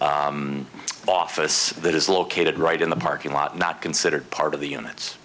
office that is located right in the parking lot not considered part of